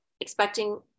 Expecting